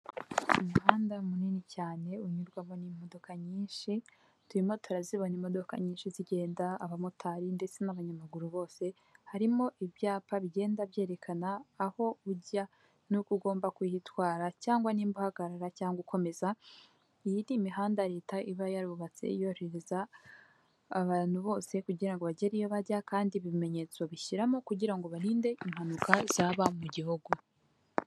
umuhanda munini cyane unyurwamo n'imodoka nyinshi, turimo turazibana imodoka nyinshi zigenda, abamotari ndetse n'abanyamaguru bose, harimo ibyapa bigenda byerekana aho ujya, n'uko ugomba kuhitwara cyangwa nimba uhagarara cyangwa ukomeza, iyi ni imihanda leta iba yarubatse yorohereza abantu bose kugira ngo bagere iyo bajya, kandi ibi bimenyetso babishyiramo kugira ngo barinde impanuka zaba mu gihugu.